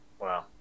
Wow